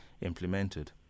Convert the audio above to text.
implemented